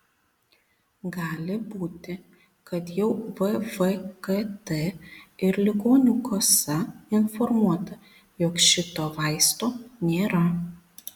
gali būti kad jau vvkt ir ligonių kasa informuota jog šito vaisto nėra